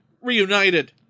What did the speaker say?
reunited